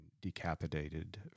decapitated